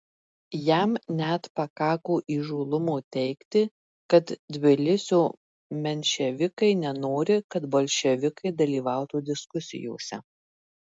jam net pakako įžūlumo teigti kad tbilisio menševikai nenori kad bolševikai dalyvautų diskusijose